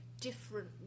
different